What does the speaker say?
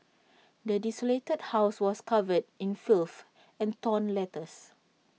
the desolated house was covered in filth and torn letters